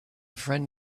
friend